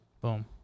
Boom